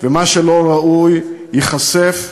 ומה שלא ראוי ייחשף,